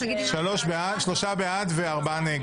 תגידי משהו על ההצבעה עכשיו.